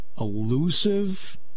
elusive